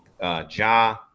Ja